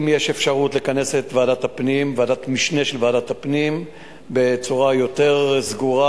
אם יש אפשרות לכנס את ועדת המשנה של ועדת הפנים בצורה יותר סגורה,